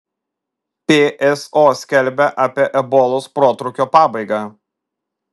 pso skelbia apie ebolos protrūkio pabaigą